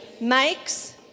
makes